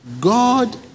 God